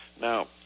Now